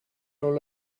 your